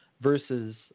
versus